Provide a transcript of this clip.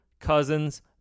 Cousins